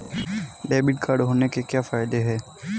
Debit card होने के क्या फायदे हैं?